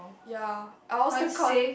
ya I will still count